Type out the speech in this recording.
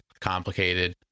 complicated